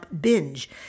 binge